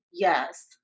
Yes